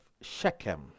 Shechem